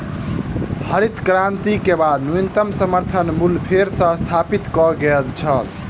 हरित क्रांति के बाद न्यूनतम समर्थन मूल्य फेर सॅ स्थापित कय गेल छल